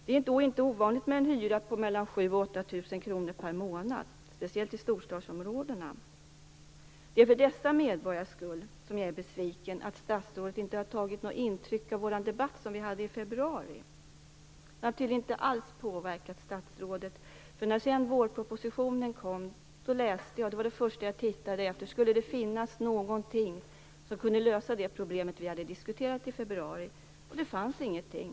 Det är då inte ovanligt med hyror på mellan 7 000 och 8 000 kr per månad, speciellt i storstadsområdena. Det är för dessa medborgares skull som jag är besviken över att statsrådet inte har tagit intryck av den debatt som vi hade i februari. Den har tydligen inte alls påverkat statsrådet. När vårpropositionen lades fram var det första jag letade efter om det skulle finnas någonting som kunde lösa det problem som vi hade diskuterat i februari, men det fanns ingenting.